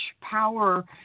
power